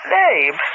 name